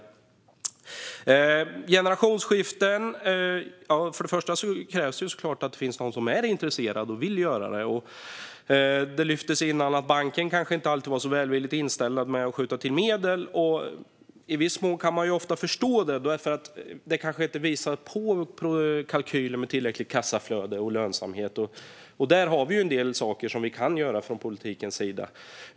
Sedan gäller det generationsskiften. Först och främst krävs det såklart att det finns någon som är intresserad och som vill göra detta. Det lyftes tidigare att banker kanske inte alltid är välvilligt inställda till att skjuta till medel. I viss mån kan man förstå det, för det kanske inte visas kalkyler med tillräckligt kassaflöde och lönsamhet. Där finns det en del saker som vi kan göra från politikens sida.